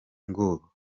ngo